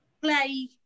play